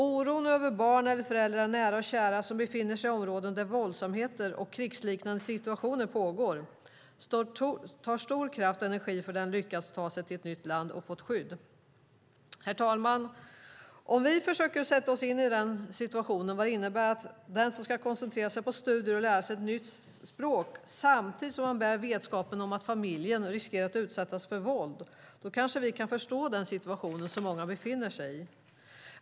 Oron över barn eller föräldrar, över när och kära, som befinner sig i områden med våldsamheter och krigsliknande situationer tar stor kraft och energi från den som lyckats ta sig till ett nytt land och som fått skydd. Herr talman! Om vi försöker sätta oss in i vad det innebär att vara i situationen att man ska koncentrera sig på studier och lära sig ett nytt språk samtidigt som man bär på vetskapen om att familjen riskerar att utsättas för våld kan vi kanske förstå den situation som många befinner sig i.